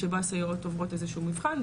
שבו הסייעות עוברות איזה שהוא מבחן,